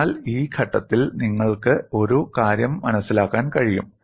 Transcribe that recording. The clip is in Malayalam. അതിനാൽ ഈ ഘട്ടത്തിൽ നിങ്ങൾക്ക് ഒരു കാര്യം മനസ്സിലാക്കാൻ കഴിയും